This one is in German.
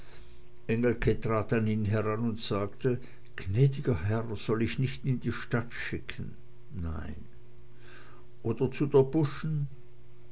heran und sagte gnäd'ger herr soll ich nicht in die stadt schicken nein oder zu der buschen